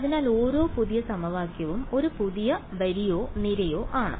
അതിനാൽ ഓരോ പുതിയ സമവാക്യവും ഒരു പുതിയ വരിയോ നിരയോ ആണ്